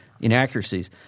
inaccuracies